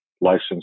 licensed